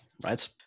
right